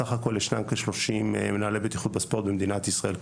בסך הכול ישנם כיום כ-30 מנהלי בטיחות בספורט במדינת ישראל.